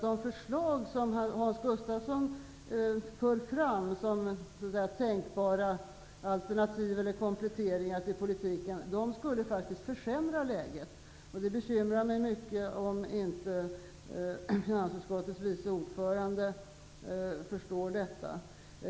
De förslag som Hans Gustafsson för fram som tänkbara alternativ eller kompletteringar till politiken skulle faktiskt försämra läget. Det bekymrar mig mycket om inte finansutskottets vice ordförande förstår detta.